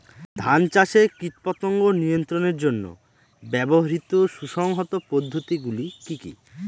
ধান চাষে কীটপতঙ্গ নিয়ন্ত্রণের জন্য ব্যবহৃত সুসংহত পদ্ধতিগুলি কি কি?